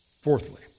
Fourthly